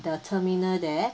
the terminal there